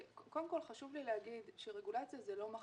קודם כול, חשוב לי להגיד שרגולציה זה לא מחלה.